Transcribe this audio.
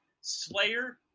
Slayer